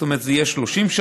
זאת אומרת שזה יהיה 30 שנה,